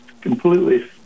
completely